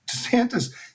DeSantis –